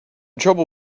trouble